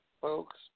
folks